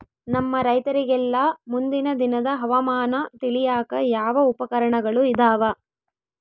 ನಮ್ಮ ರೈತರಿಗೆಲ್ಲಾ ಮುಂದಿನ ದಿನದ ಹವಾಮಾನ ತಿಳಿಯಾಕ ಯಾವ ಉಪಕರಣಗಳು ಇದಾವ?